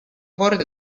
korda